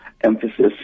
emphasis